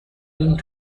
going